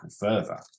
further